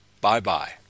bye-bye